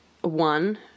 one